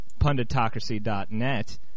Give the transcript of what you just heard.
punditocracy.net